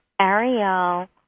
Ariel